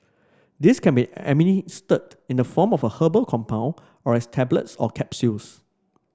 these can be administered in the form of a herbal compound or as tablets or capsules